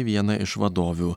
vieną iš vadovių